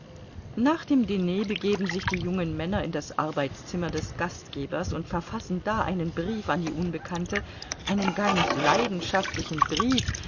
nach dem diner begeben sich die jungen männer in das arbeitszimmer des gastgebers und verfassen da einen brief an die unbekannte einen ganz leidenschaftlichen brief